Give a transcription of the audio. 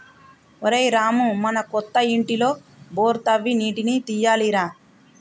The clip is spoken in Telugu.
ఒరేయ్ రామూ మన కొత్త ఇంటిలో బోరు తవ్వి నీటిని తీయాలి రా